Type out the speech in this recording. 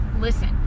listen